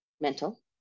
mental